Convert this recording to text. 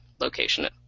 location